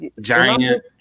Giant